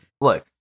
look